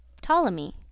Ptolemy